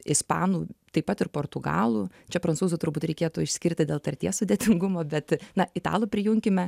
ispanų taip pat ir portugalų čia prancūzų turbūt reikėtų išskirti dėl tarties sudėtingumo bet na italų prijunkime